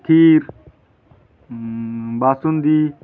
kheer basundi